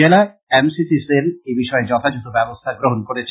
জেলা M C C cell এই বিষয়ে যথাযথ ব্যবস্থা গ্রহণ করেছে